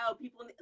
people